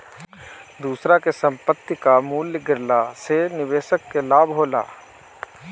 दूसरा के संपत्ति कअ मूल्य गिरला से निवेशक के लाभ होला